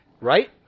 Right